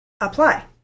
apply